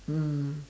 mm